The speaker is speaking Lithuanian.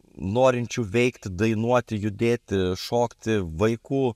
norinčių veikti dainuoti judėti šokti vaikų